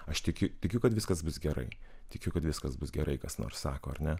aš tikiu tikiu kad viskas bus gerai tikiu kad viskas bus gerai kas nors sako ar ne